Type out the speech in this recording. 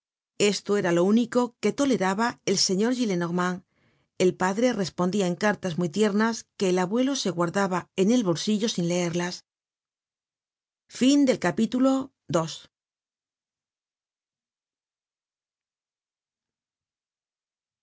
esto era lo único que toleraba el señor gillenormand el padre respondia en cartas muy tiernas que el abuelo se guardaba en el bolsillo sin leerlas content from